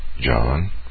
John